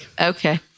Okay